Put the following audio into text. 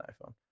iPhone